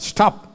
Stop